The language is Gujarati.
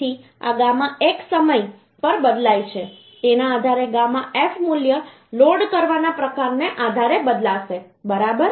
તેથી આ ગામા f સમય સમય પર બદલાય છે તેના આધારે ગામા એફ મૂલ્ય લોડ કરવાના પ્રકારને આધારે બદલાશે બરાબર